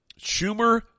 Schumer